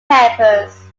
campers